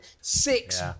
Six